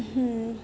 হ্যাঁ